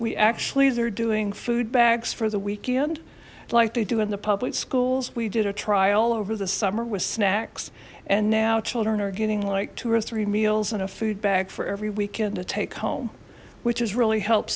we actually they're doing food bags for the weekend like they do in the public schools we did a trial over the summer with snacks and now children are getting like two or three meals and a food bag for every weekend to take home which has really help